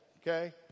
okay